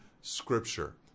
Scripture